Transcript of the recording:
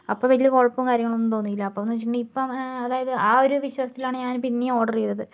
അപ്പം വലിയ കുഴപ്പം കാര്യങ്ങൾ ഒന്നും തോന്നിയില്ല അപ്പംന്ന് വെച്ചിട്ടുണ്ടെങ്കിൽ ഇപ്പം അതായത് ആ ഒരു വിശ്വാസത്തിലാണ് ഞാൻ പിന്നെയും ഓർഡർ ചെയ്തത്